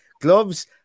Gloves